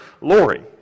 Lori